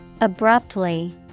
Abruptly